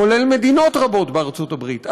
כולל מדינות רבות בארצות הברית,